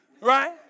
right